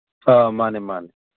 ꯑꯥ ꯃꯥꯅꯦ ꯃꯥꯅꯦ